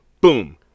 Boom